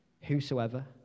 whosoever